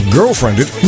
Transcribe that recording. Girlfriended